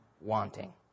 wanting